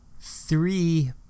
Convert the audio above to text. three